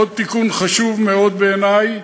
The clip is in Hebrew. עוד תיקון, חשוב מאוד בעיני,